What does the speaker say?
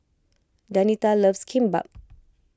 Danita loves Kimbap